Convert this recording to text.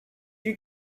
you